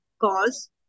cause